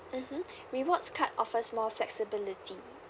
mmhmm rewards card offers more flexibility